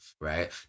right